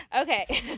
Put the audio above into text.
okay